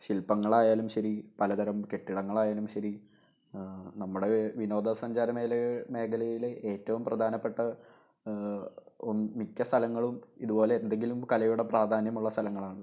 ശില്പങ്ങളായാലും ശരി പലതരം കെട്ടിടങ്ങളായാലും ശരി നമ്മുടെ വിനോദസഞ്ചാര മേഖലയെ മേഖലയിലെ ഏറ്റവും പ്രധാനപ്പെട്ട മിക്ക സ്ഥലങ്ങളും ഇതുപോലെ എന്തെങ്കിലും കലയുടെ പ്രാധാന്യമുള്ള സ്ഥലങ്ങളാണ്